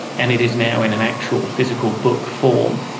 and it is now in an actual physical book form,